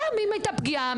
גם אם הייתה פגיעה,